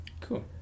Cool